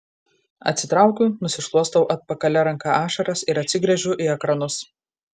atsitraukiu nusišluostau atpakalia ranka ašaras ir atsigręžiu į ekranus